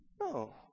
No